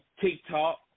TikTok